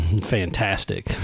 fantastic